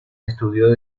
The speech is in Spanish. estudio